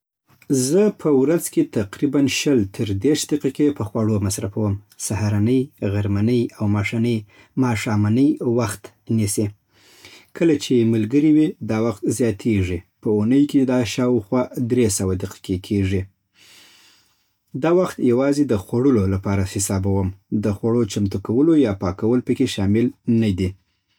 زه په ورځ کې تقریباً شل تر دېرش دقیقې په خواړو مصرفوم. سهارنۍ، غرمنۍ او ماښۍ - ماښامنۍ وخت نیسي. کله چې ملګري وي، دا وخت زیاتېږي. په اونۍ کې دا شاوخوا درې سوه دقیقې کېږي. دا وخت یوازې د خوړلو لپاره حسابوم. د خوړو چمتو کول یا پاکول پکې شامل نه دي